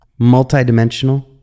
multidimensional